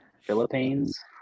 Philippines